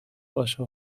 باشه